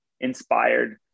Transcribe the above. inspired